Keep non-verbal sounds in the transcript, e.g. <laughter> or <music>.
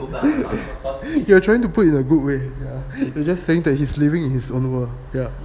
<laughs> you are trying to put in a good way you just saying that he's living in his own world ya